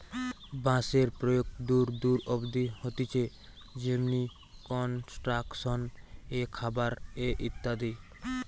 বাঁশের প্রয়োগ দূর দূর অব্দি হতিছে যেমনি কনস্ট্রাকশন এ, খাবার এ ইত্যাদি